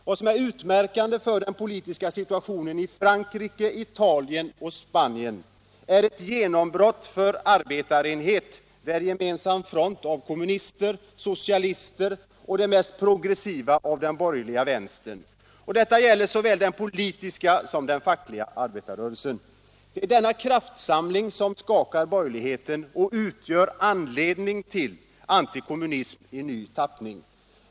Vad som är utmärkande för den politiska situationen i Frankrike, Italien och Spanien är ett genombrott för arbetarenhet, där kommunister, socialister och den mest progressiva delen av den borgerliga vänstern bildar gemensamt front. Detta gäller såväl den politiska som den fackliga arbetarrörelsen. Det är denna kraftsamling som skakar borgerligheten och utgör anledning till antikommunism i ny tappning.